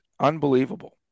Unbelievable